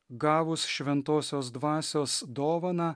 gavus šventosios dvasios dovaną